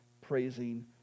praising